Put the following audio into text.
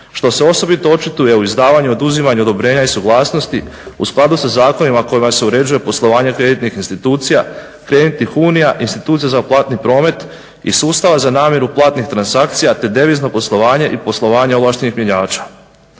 što se osobito očituje u izdavanju i oduzimanju odobrenja i suglasnosti u skladu sa zakonima kojima se uređuje poslovanje kreditnih institucija, kreditnih unija, institucija za platni promet i sustavu za namjeru platnih transakcija te devizno poslovanje i poslovanje ovlaštenih mjenjača.